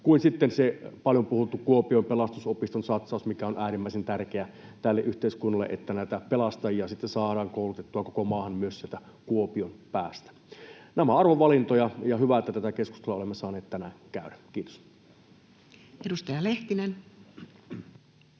sitten se paljon puhuttu Kuopion Pelastusopiston satsaus, mikä on äärimmäisen tärkeä tälle yhteiskunnalle, että näitä pelastajia sitten saadaan koulutettua koko maahan myös Kuopion päästä. Nämä ovat arvovalintoja, ja hyvä, että tätä keskustelua olemme saaneet tänään käydä. — Kiitos. [Speech